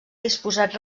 disposats